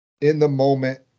in-the-moment